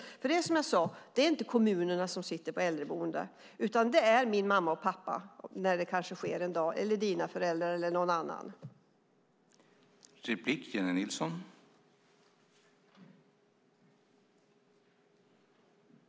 Det är nämligen som jag sade: Det är inte kommunerna som sitter på äldreboenden, utan det är min mamma och pappa när det kanske sker en dag - eller dina eller någon annans föräldrar.